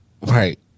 Right